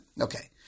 Okay